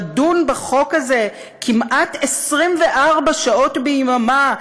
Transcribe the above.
לדון בחוק הזה כמעט 24 שעות ביממה,